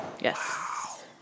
yes